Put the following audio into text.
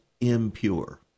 impure